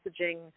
messaging